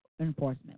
enforcement